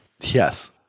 Yes